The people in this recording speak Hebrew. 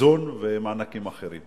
האיזון ובמענקים אחרים.